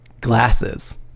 glasses